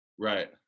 right